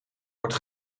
wordt